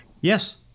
Yes